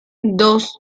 dos